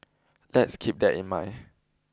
let's keep that in mind